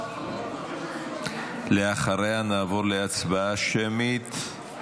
לאחריה נעבור להצבעה שמית,